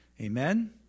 Amen